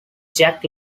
jack